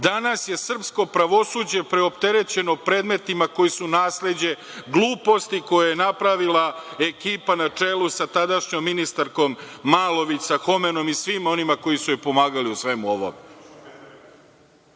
neće. Danas je srpsko pravosuđe preopterećeno predmetima koji su nasleđe gluposti koju je napravila ekipa na čelu sa tadašnjom ministarkom Malović, sa Homenom i svim onima koji su joj pomagali u svemu ovome.